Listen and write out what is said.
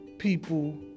people